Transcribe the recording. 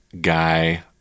guy